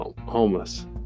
homeless